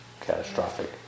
catastrophic